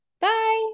Bye